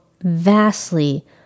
vastly